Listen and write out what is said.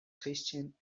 christian